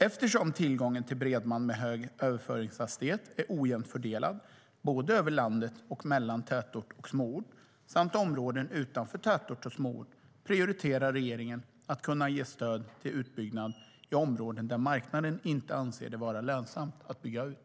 Eftersom tillgången till bredband med hög överföringshastighet är ojämnt fördelad både över landet och mellan tätort och småort samt områden utanför tätort och småort, prioriterar regeringen att kunna ge stöd till utbyggnad i områden där marknaden inte anser det vara lönsamt att bygga ut.